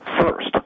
first